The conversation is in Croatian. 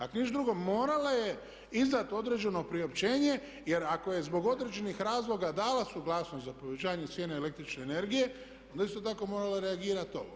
Ako ništa drugo, morala je izdati određeno priopćenje, jer ako je zbog određenih razloga dala suglasnost za povećanje cijene električne energije, onda je isto tako morala reagirati ovo.